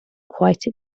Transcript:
quite